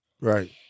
Right